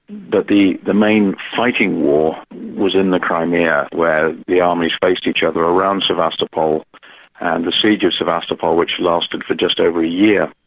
but the the main fighting war was in the crimea where the armies faced each other around sevastopol and the siege of sevastopol which lasted for just over a year,